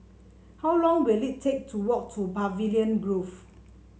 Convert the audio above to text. how long will it take to walk to Pavilion Grove